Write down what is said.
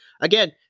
again